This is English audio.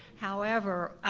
however,